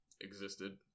existed